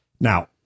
Now